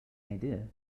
idea